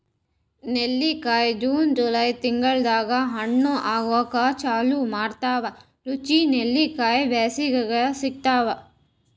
ನೆಲ್ಲಿಕಾಯಿ June July ತಿಂಗಳ್ದಾಗ್ ಹಣ್ಣ್ ಆಗೂಕ್ ಚಾಲು ಮಾಡ್ತಾವ್ ರುಚಿ ನೆಲ್ಲಿಕಾಯಿ ಬ್ಯಾಸ್ಗ್ಯಾಗ್ ಸಿಗ್ತಾವ್